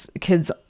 kids